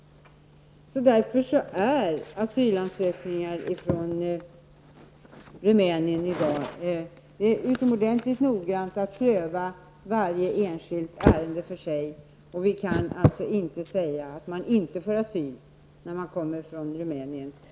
När det gäller asylansökningar från Rumänien i dag prövas varje enskilt ärende för sig utomordentligt noggrant. Vi kan inte säga att man inte får asyl när man kommer från Rumänien.